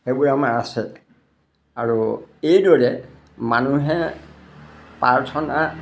সেইবোৰ আমাৰ আছে আৰু এইদৰে মানুহে প্ৰাৰ্থনা